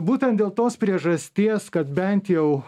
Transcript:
būtent dėl tos priežasties kad bent jau